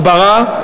הסברה,